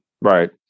Right